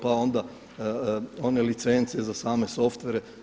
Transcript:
Pa onda one licence za same software.